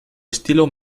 estilo